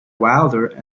wilder